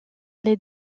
les